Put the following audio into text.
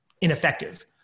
ineffective